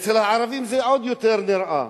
ואצל הערבים זה עוד יותר נראה.